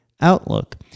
outlook